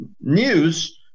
news